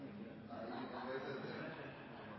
Da er det